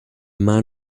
man